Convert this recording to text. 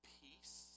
peace